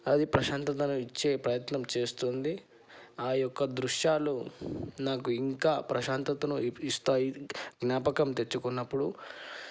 అది ప్రశాంతతను ఇచ్చే ప్రయత్నం చేస్తుంది ఆ యొక్క దృశ్యాలు నాకు ఇంకా ప్రశాంతతను ఇస్తాయి జ్ఞాపకం తెచ్చుకున్నప్పుడు